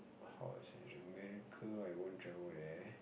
how to say America I won't travel there